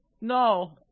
No